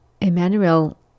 Emmanuel